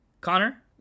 Connor